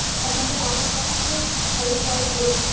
এখন তো college off আছে তাহলে চল ঘুরে আসি